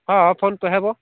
ହଁ PhonePe ହେବ